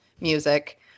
music